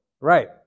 Right